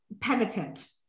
penitent